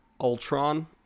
Ultron